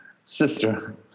sister